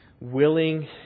willing